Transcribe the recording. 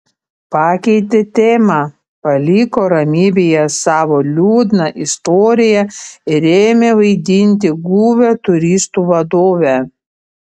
pakeitė temą paliko ramybėje savo liūdną istoriją ir ėmė vaidinti guvią turistų vadovę